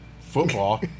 football